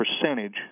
percentage